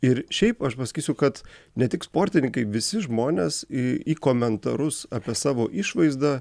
ir šiaip aš pasakysiu kad ne tik sportininkai visi žmonės į į komentarus apie savo išvaizdą